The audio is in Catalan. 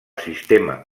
sistema